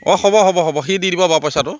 অঁ হ'ব হ'ব হ'ব সি দি দিব বাৰু পইচাটো